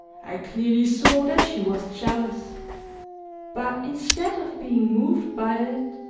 i clearly saw that she was jealous but instead of being moved by it,